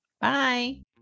Bye